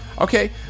okay